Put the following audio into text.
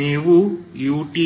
ನೀವು utt